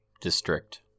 district